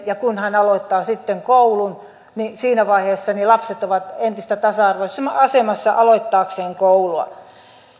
ja kun hän aloittaa sitten koulun niin siinä vaiheessa lapset ovat entistä tasa arvoisemmassa asemassa aloittaakseen koulua